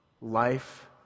life